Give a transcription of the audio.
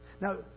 Now